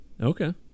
okay